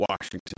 Washington